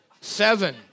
Seven